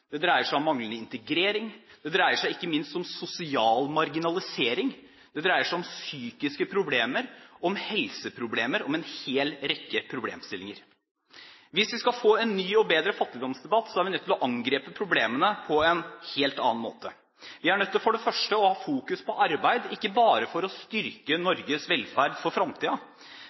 det dreier seg om manglende integrering, det dreier seg ikke minst om sosial marginalisering, det dreier seg om psykiske problemer, om helseproblemer – om en hel rekke problemstillinger. Hvis vi skal få en ny og bedre fattigdomsdebatt, er vi nødt til å angripe problemene på en helt annen måte. Vi er for det første nødt til å ha fokus på arbeid – ikke bare for å styrke Norges velferd for